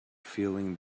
feeling